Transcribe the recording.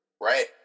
Right